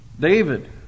David